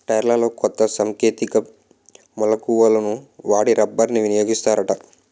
టైర్లలో కొత్త సాంకేతిక మెలకువలను వాడి రబ్బర్ని వినియోగిస్తారట